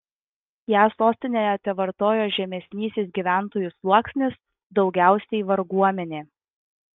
ją sostinėje tevartojo žemesnysis gyventojų sluoksnis daugiausiai varguomenė